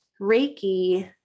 Reiki